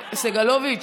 סגלוביץ',